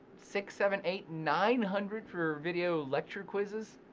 six, seven, eight, nine hundred for video lecture quizzes.